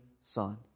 Son